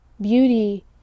Beauty